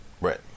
Right